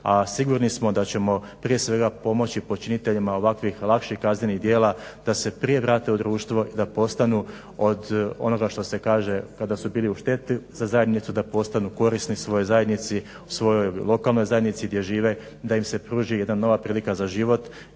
sigurni smo da ćemo prije svega pomoći počiniteljima ovakvih lakših kaznenih djela da se prije vrate u društvo i da postanu od onoga što se kaže kada su bili u šteti za zajednicu da postanu korisni svojoj zajednici, svojoj lokalnoj zajednici gdje žive, da im se pruži jedna nova prilika za život.